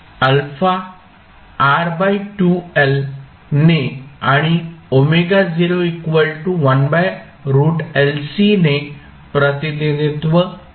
α ने आणि ने प्रतिनिधित्व करू